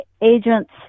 agent's